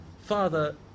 Father